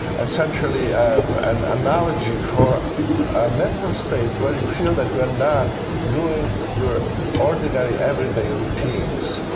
essentially an analogy for a mental state where you feel that you are not doing your ordinary everyday routines.